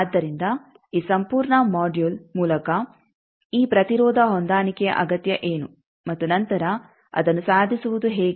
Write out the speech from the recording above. ಆದ್ದರಿಂದ ಈ ಸಂಪೂರ್ಣ ಮೊಡ್ಯುಲ್ ಮೂಲಕ ಈ ಪ್ರತಿರೋಧ ಹೊಂದಾಣಿಕೆಯ ಅಗತ್ಯ ಏನು ಮತ್ತು ನಂತರ ಅದನ್ನು ಸಾಧಿಸುವುದು ಹೇಗೆ